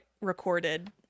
recorded